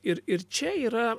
ir ir čia yra